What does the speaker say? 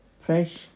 fresh